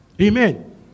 Amen